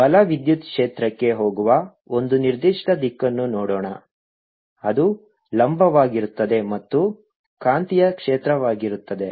ಬಲ ವಿದ್ಯುತ್ ಕ್ಷೇತ್ರಕ್ಕೆ ಹೋಗುವ ಒಂದು ನಿರ್ದಿಷ್ಟ ದಿಕ್ಕನ್ನು ನೋಡೋಣ ಅದು ಲಂಬವಾಗಿರುತ್ತದೆ ಮತ್ತು ಕಾಂತೀಯ ಕ್ಷೇತ್ರವಾಗಿರುತ್ತದೆ